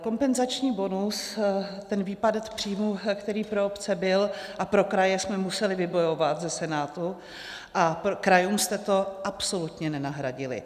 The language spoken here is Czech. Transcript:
Kompenzační bonus, ten výpadek příjmů, který pro obce byl, a pro kraje, jsme museli vybojovat ze Senátu a krajům jste to absolutně nenahradili.